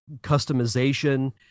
customization